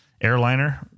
airliner